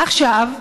עכשיו,